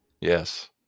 Yes